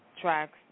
tracks